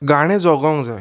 गाणें जोगोंक जाय